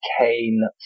Kane